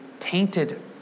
tainted